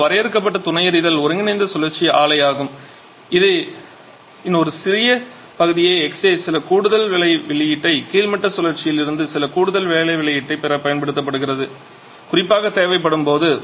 ஒன்று வரையறுக்கப்பட்ட துணை எரிதல் ஒருங்கிணைந்த சுழற்சி ஆலை ஆகும் இந்த இன் ஒரு சிறிய பகுதியே xA சில கூடுதல் வேலை வெளியீட்டை கீழ்மட்ட சுழற்சியில் இருந்து சில கூடுதல் வேலை வெளியீட்டைப் பெற பயன்படுத்தப்படுகிறது குறிப்பாக தேவைப்படும்போது